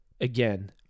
again